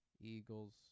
Eagles